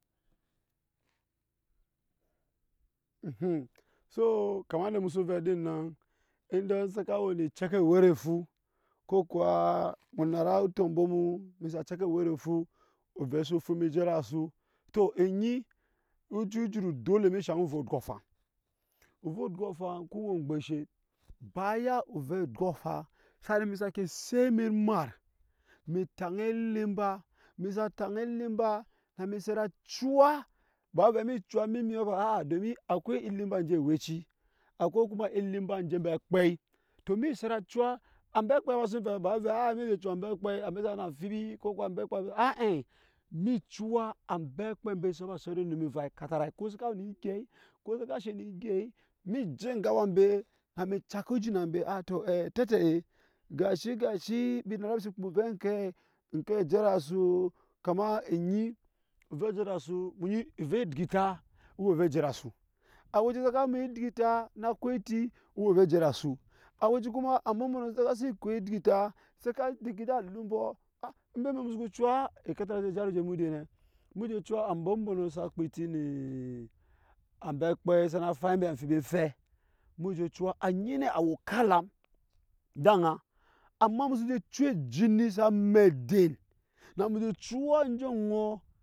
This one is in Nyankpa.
so kamar inda emu so vɛ din nan, indan sa ka we ne ecɛ ka ewɛrenfu ko kuwaa emu nara otɔmbɔ mu emi saa cɛka wɛrɛnfu ovɛ so disi fu mi je ede asu, to emi nyi o cii juf dole emi shaŋ ovɛ ondyoŋ faŋ ovɛ odyoŋ faŋ ŋke we engbaishe bayan ovɛodyoŋ faŋ har emi sake set eme emat emi sake set eme emat emi tana elimba emi n sa cuwa ba wai vɛ embi cuwa eme emi aa domin akwai elim ba enje ewɛci akwai kuma enje ambe akpɛi to emi set a cuwa ambe akpɛi ema sen vɛ nɛ ba emi cuwa ambe sa we na amfibi ko kuwa ambe sa we na amfibi ko kuwa ambe akpɛpi emi cuwa ambe akpe sa ba ka we ne egyai ko sa ka she ne egyei emije enge awa embe na mi ceka ojina embe aa to ee otɛtɛ ee gashi-gashi embi narase kpaa ovɛ nke, onke e je ede asu kamar enyi ovɛ egyeta o we ovɛ ovɛ eje ede asu aweci sa ka ma egyeta na ko eti o we ovɛ eje ede asu aweci kuma ambɔnbɔnɔ saka si ko egyɛta saka deki alumɔ a embabai emuso guwa ekatarai se ze jara ojee emu dei emu te cuwa ambonbo sa kpaa eti ne ambe akpei sa na fai embi amfibi fee emuje cuwa anyi nɛ a we okap elam ede ana amma emu so te iiya ejin ni sa me den na enu je cuwa enje oŋɔɔ.